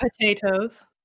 potatoes